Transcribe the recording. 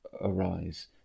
arise